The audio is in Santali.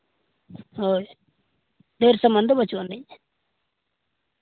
ᱦᱳᱭ ᱰᱷᱮᱨ ᱥᱟᱢᱟᱱ ᱫᱚ ᱵᱟᱹᱪᱩᱜ ᱟᱹᱱᱤᱡ